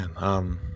Man